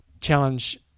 Challenge